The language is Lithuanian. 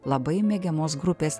labai mėgiamos grupės